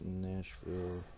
Nashville